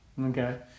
Okay